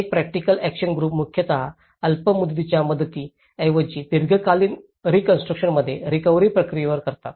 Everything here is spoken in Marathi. एक प्रॅक्टिकल ऐक्शन ग्रुप मुख्यतः अल्प मुदतीच्या मदती ऐवजी दीर्घकालीन रीकॉन्स्ट्रुकशनमध्ये रिकव्हरी प्रक्रियेवर करतात